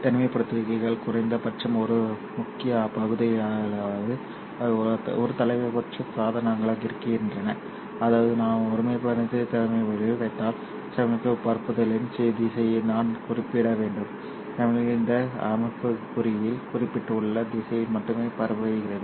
தனிமைப்படுத்திகள் குறைந்த பட்சம் ஒரு முக்கிய பகுதியிலாவது அவை ஒருதலைப்பட்ச சாதனங்களாக இருக்கின்றன அதாவது நான் ஒரு தனிமைப்படுத்தலில் வைத்தால் சமிக்ஞை பரப்புதலின் திசையை நான் குறிப்பிட வேண்டும் சமிக்ஞை இந்த அம்புக்குறியில் குறிப்பிடப்பட்டுள்ள திசையில் மட்டுமே பரவுகிறது